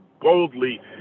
boldly